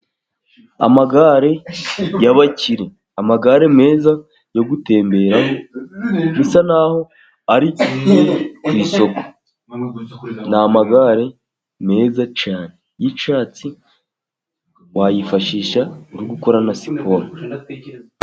Amagare y'abakirnnyi, amagare meza yo gutemberaho bisa naho ari ku isoko. Ni amagare meza cyane y'icyatsi, wayifashisha uri gukorara na siporo.